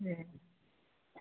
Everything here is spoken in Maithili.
ठीक